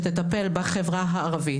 שתטפל בחברה הערבית,